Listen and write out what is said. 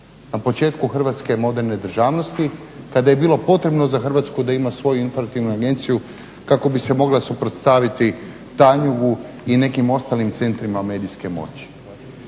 na početku hrvatske moderne državnosti, kada je bilo potrebno za Hrvatsku da ima svoju informativnu agenciju kako bi se mogla suprotstaviti Tanjug-u i nekim ostalim centrima medijske moći.